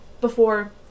before-